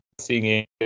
seeing